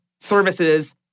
services